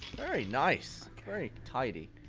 very nice! very tidy